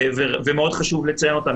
ומאוד חשוב לציין אותן.